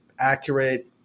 accurate